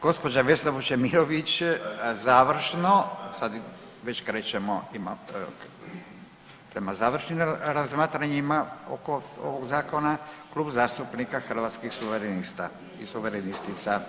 Gđa. Vesna Vučemilović, završno, sad već krećemo, ima, prema završnim razmatranjima oko ovog Zakona, Klub zastupnika Hrvatskih suverenista i suverenistica.